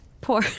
Poor